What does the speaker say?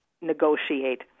negotiate